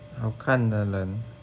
好看的人